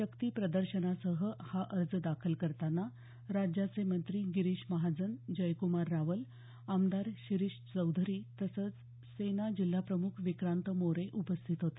शक्ती प्रदर्शनासह हा अर्ज दाखल करताना राज्याचे मंत्री गिरीश महाजन पर्यटन मंत्री जयक्रमार रावल आमदार शिरिष चौधरी तसंच सेना जिल्हाप्रमुख विक्रांत मोरे उपस्थित होते